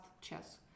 chess